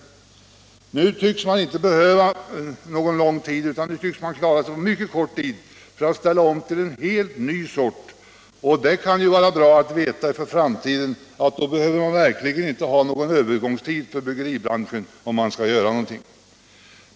Nu tycks den inte behöva någon lång tid utan klarar sig med mycket kort tid för att ställa om till en helt ny sort, och det kan ju vara bra att veta för framtiden att det verkligen inte behövs någon övergångstid om man skall göra någonting.